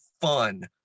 fun